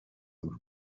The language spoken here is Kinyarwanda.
ubu